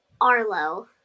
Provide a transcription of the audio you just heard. Arlo